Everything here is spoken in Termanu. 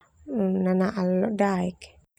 Nanaa ledodaek.